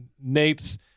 Nate's